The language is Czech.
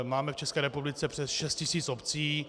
Máme v České republice přes šest tisíc obcí.